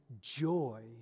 joy